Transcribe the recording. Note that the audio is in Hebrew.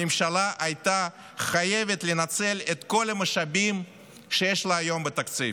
הממשלה הייתה חייבת לנצל את כל המשאבים שיש לה היום בתקציב,